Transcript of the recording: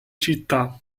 città